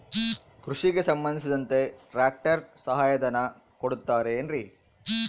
ಕೃಷಿಗೆ ಸಂಬಂಧಿಸಿದಂತೆ ಟ್ರ್ಯಾಕ್ಟರ್ ಸಹಾಯಧನ ಕೊಡುತ್ತಾರೆ ಏನ್ರಿ?